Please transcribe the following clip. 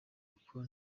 uko